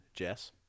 Jess